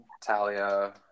Talia